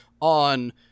on